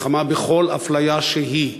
מלחמה בכל אפליה שהיא,